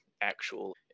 actual